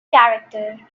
character